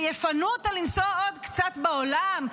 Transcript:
ויפנו אותה לנסוע עוד קצת בעולם,